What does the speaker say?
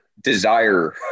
desire